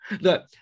Look